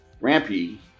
Rampy